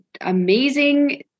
amazing